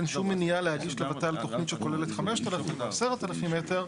אין שום מניעה להגיש לות"ל תוכנית שכוללת 5,000 או 10,000 מטר,